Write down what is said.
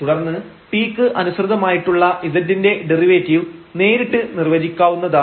തുടർന്ന് t ക്ക് അനുസൃതമായിട്ടുള്ള z ന്റെ ഡെറിവേറ്റീവ് നേരിട്ട് നിർവചിക്കാവുന്നതാണ്